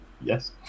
yes